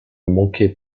manquaient